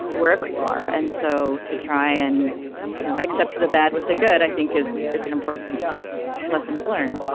wherever you are. and so to try and you know accept the bad with the good i think is is an important lesson to learn.